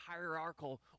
hierarchical